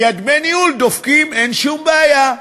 כי דמי הניהול דופקים, אין שום בעיה.